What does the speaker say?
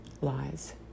lies